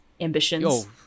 ambitions